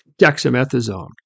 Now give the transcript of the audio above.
dexamethasone